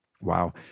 wow